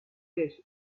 fish